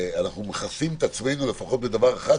שאנחנו מכסים את עצמנו לפחות בדבר אחד,